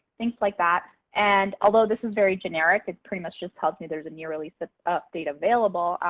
things like that. and although this is very generic, it pretty much just tells me there's a new release update available.